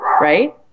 right